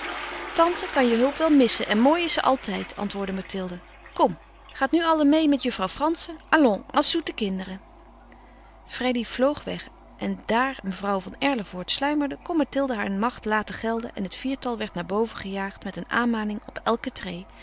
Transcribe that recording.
tante kan je hulp wel missen en mooi is ze altijd antwoordde mathilde kom gaat nu allen meê met juffrouw frantzen allons als zoete kinderen freddy vloog weg en daar mevrouw van erlevoort sluimerde kon mathilde haar macht laten gelden en het viertal werd naar boven gejaagd met een aanmaning op elke treê